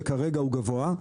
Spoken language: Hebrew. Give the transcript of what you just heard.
שכרגע הוא גבוה.